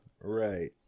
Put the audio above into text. Right